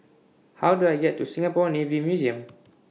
How Do I get to Singapore Navy Museum